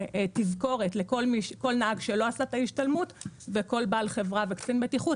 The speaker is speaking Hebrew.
תזכורת לכל נהג שלא עשה את ההשתלמות ולכל בעל חברה ולכל קצין בטיחות,